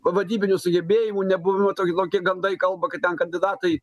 vadybinių sugebėjimų nebuvimu toki toki gandai kalba kad ten kandidatai